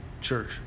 Church